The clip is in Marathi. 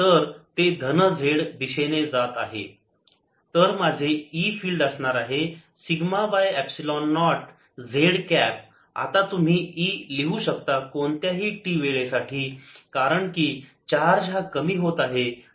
E20 20 z Et 0 z Et Q0e tRCa20 z तर माझे E फिल्ड असणार आहे sigma by epsilon naught z cap आता तुम्ही E लिहू शकता कोणत्याही t वेळेसाठी कारण की चार्ज हा कमी होत आहे